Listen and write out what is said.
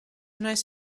nice